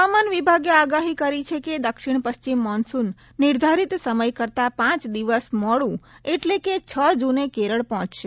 હવામાન વિભાગે આગાહી કરી છે કે દક્ષિણ પશ્ચિમ મોન્સૂન નિર્ધારિત સમય કરતાં પાંચ દિવસ મોડું એટલે કે છ જૂને કેરળ પહોંચશે